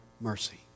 mercy